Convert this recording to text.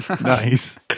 Nice